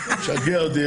אין תרגילים,